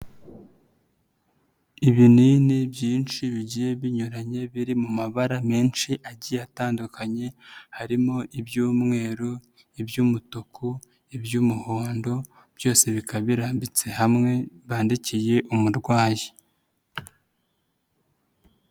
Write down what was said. Ibinini byinshi bigiye binyuranye biri mu mabara menshi agiye atandukanye harimo ibyumweru, iby'umutuku, iby'umuhondo byose bikaba birambitse hamwe bandikiye umurwayi.